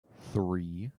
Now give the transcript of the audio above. three